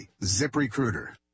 ZipRecruiter